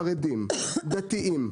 חרדים, דתיים.